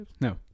No